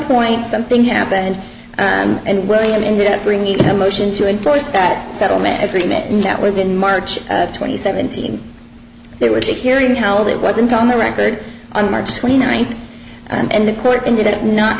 point something happened and william ended up bringing the motion to enforce that settlement agreement and that was in march twenty seventh even there was a hearing held it wasn't on the record on march twenty ninth and the court ended it not